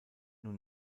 nun